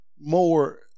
more